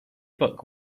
buck